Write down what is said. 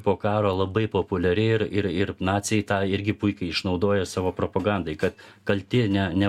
po karo labai populiari ir ir ir naciai tą irgi puikiai išnaudoja savo propagandai kad kalti ne ne